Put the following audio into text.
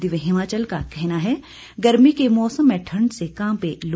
दिव्य हिमाचल का कहना है गर्मी के मौसम में ठंड से कांपे लोग